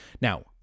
Now